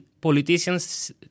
politicians